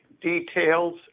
details